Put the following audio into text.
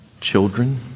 children